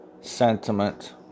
sentiment